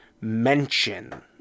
mention